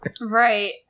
Right